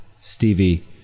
Stevie